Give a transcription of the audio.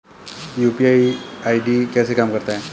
UPI ID कैसे काम करता है?